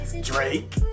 Drake